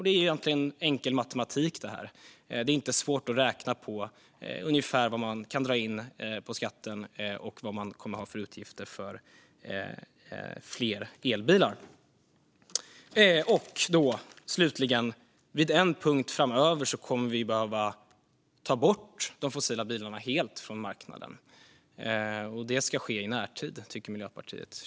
Det är egentligen enkel matematik. Det är inte svårt att räkna på ungefär vad man kan dra in på skatten och vad man kommer att ha för utgifter för fler elbilar. Och slutligen: Vid en punkt framöver kommer vi att behöva ta bort de fossila bilarna helt från marknaden. Det ska ske i närtid, tycker Miljöpartiet.